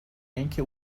اینکه